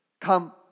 come